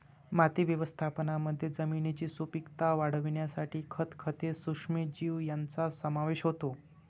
माती व्यवस्थापनामध्ये जमिनीची सुपीकता वाढवण्यासाठी खत, खते, सूक्ष्मजीव यांचा समावेश होतो